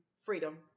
Freedom